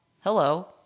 Hello